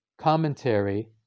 Commentary